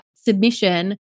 submission